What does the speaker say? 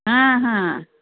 हां हां